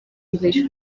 english